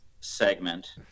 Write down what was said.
segment